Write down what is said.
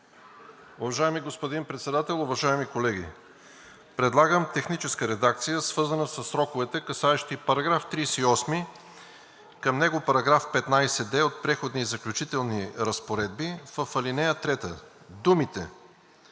Уважаеми господин Председател, уважаеми колеги! Предлагам техническа редакция, свързана със сроковете, касаещи § 38, към него § 15д от Преходните и заключителните разпоредби, в ал. 3 думите